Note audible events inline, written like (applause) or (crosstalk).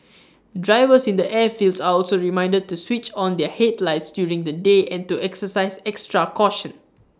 (noise) drivers in the airfields are also reminded to switch on their headlights during the day and to exercise extra caution